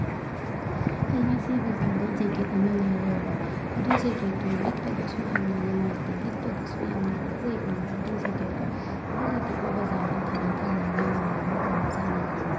ꯑꯩ ꯉꯁꯤ ꯕꯖꯥꯔꯗꯒꯤ ꯖꯦꯛꯀꯦꯠ ꯑꯃ ꯂꯩꯔꯛꯑꯦꯕ ꯑꯗꯨ ꯖꯦꯛꯀꯦꯠꯇꯣ ꯂꯤꯠꯄꯗꯁꯨ ꯌꯥꯝꯅ ꯅꯨꯡꯉꯥꯏꯇꯦ ꯂꯤꯠꯄꯗꯁꯨ ꯌꯥꯝꯅ ꯍꯥꯀꯠꯆꯩ ꯈꯪꯕ꯭ꯔꯥ ꯑꯗꯨ ꯖꯦꯛꯀꯦꯠꯇꯣ ꯑꯗꯨ ꯖꯦꯛꯀꯦꯠꯇꯣ ꯕꯖꯥꯔꯗ ꯊꯥꯔ ꯊꯥꯔ ꯌꯣꯜꯂꯕ ꯑꯣꯏꯔꯖꯥꯠꯅꯦ ꯈꯪꯕ꯭ꯔꯥ